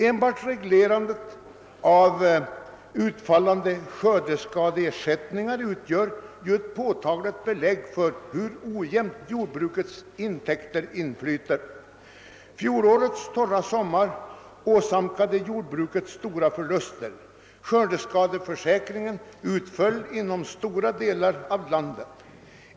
En bart reglerandet av utfallande skördeskadeersättningar utgör ett påtagligt belägg för hur ojämnt jordbrukets intäkter inflyter. Fjolårets torra sommar åsamkade jordbruket stora förluster, och skördeskadeförsäkringen utföll inom stora delar av landet.